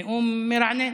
נאום מרענן,